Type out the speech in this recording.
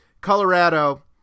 Colorado